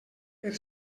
per